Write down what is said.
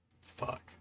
Fuck